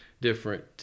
different